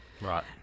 Right